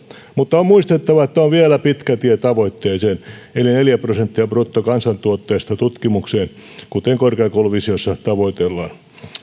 mutta on muistettava että on vielä pitkä tie tavoitteeseen eli neljä prosenttia bruttokansantuotteesta tutkimukseen kuten korkeakouluvisiossa tavoitellaan